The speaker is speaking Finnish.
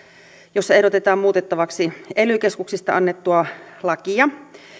jossa ehdotetaan muutettavaksi ely keskuksista annettua lakia